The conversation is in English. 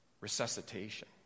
resuscitation